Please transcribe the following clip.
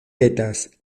petas